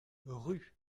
rue